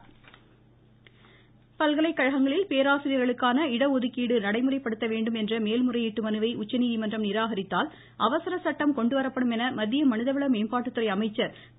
பிரகாஷ் ஜவ்டேகர் பல்கலைக்கழகங்களில் பேராசிரியர்களுக்கான இடஒதுக்கீடு நடைமுறைப்படுத்த வேண்டும் என்ற மேல் முறையீட்டு மனுவை உச்சநீதிமன்றம் நிராகரித்தால் அவசர சட்டம் கொண்டுவரப்படும் என்று மத்திய மனித வள மேம்பாட்டுத்துறை அமைச்சர் திரு